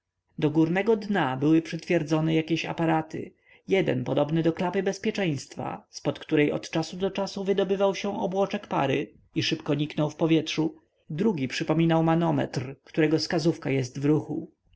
do górnego dna były przytwierdzone jakieś aparaty jeden podobny do klapy bezpieczeństwa zpod której od czasu do czasu wydobywał się obłoczek pary i szybko niknął w powietrzu drugi przypominał manometr którego skazówka jest w ruchu